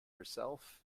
herself